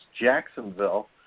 Jacksonville